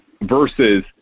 versus